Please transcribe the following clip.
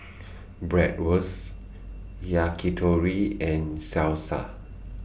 Bratwurst Yakitori and Salsa